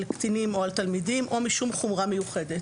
קטינים או על תלמידים או משום חומרה מיוחדת".